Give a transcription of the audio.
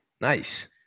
Nice